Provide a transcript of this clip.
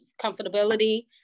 comfortability